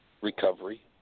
recovery